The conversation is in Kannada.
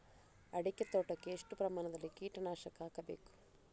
ಅಡಿಕೆ ತೋಟಕ್ಕೆ ಎಷ್ಟು ಪ್ರಮಾಣದಲ್ಲಿ ಕೀಟನಾಶಕ ಹಾಕಬೇಕು?